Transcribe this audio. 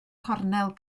cornel